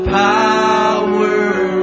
power